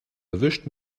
erwischt